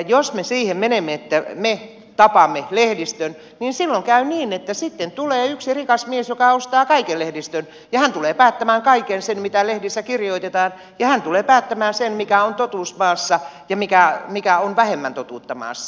jos me siihen menemme että me tapamme lehdistön niin silloin käy niin että sitten tulee yksi rikas mies joka ostaa kaiken lehdistön ja hän tulee päättämään kaiken sen mitä lehdissä kirjoitetaan ja hän tulee päättämään sen mikä on totuus maassa ja mikä on vähemmän totuutta maassa